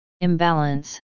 Imbalance